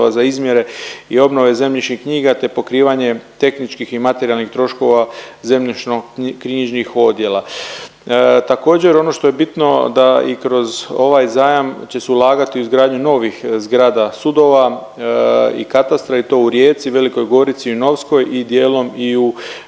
za izmjere i obnove zemljišnih knjiga te pokrivanje tehničkih i materijalnih troškova zemljišno knjižnih odjela. Također ono što je bitno da i kroz ovaj zajam će se ulagati u izgradnju novih zgrada sudova i katastra i to u Rijeci, Velikoj Gorici i Novskoj i dijelom i u